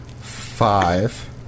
five